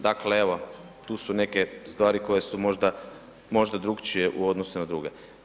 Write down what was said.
Dakle, evo tu su neke stvari koje su možda, možda drukčije u odnosu na druge.